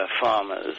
farmers